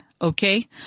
Okay